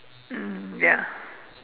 mm ya